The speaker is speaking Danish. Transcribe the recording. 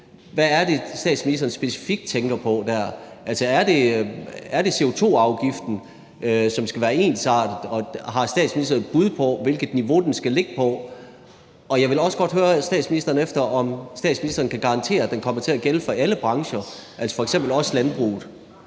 Hvad er det, statsministeren specifikt tænker på der? Altså, er det CO2-afgiften, som skal være ensartet? Og har statsministeren et bud på, hvilket niveau den skal ligge på? Jeg vil også godt høre statsministeren efter, om hun kan garantere, at den kommer til at gælde for alle brancher, altså f.eks. også landbruget.